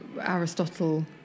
Aristotle